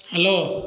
hello